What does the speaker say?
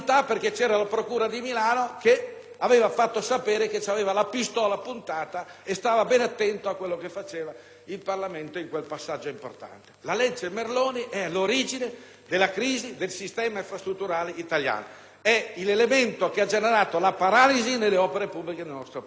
aveva fatto sapere che aveva la pistola puntata e stava bene attenta a cosa faceva il Parlamento in quel passaggio importante. Proprio la legge Merloni è all'origine della crisi del sistema infrastrutturale italiano e ha generato la paralisi delle opere pubbliche nel nostro Paese. Dal 2001 al 2006